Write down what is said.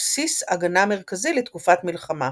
ובסיס־הגנה מרכזי לתקופת מלחמה.